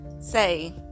say